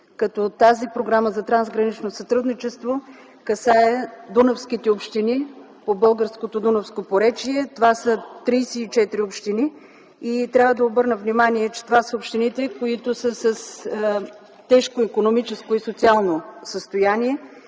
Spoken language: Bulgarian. като тази Програма за трансгранично сътрудничество касае дунавските общини по българското дунавско поречие – това са 34 общини. Трябва да обърна внимание, че това са общините, които са в тежко икономическо и социално състояние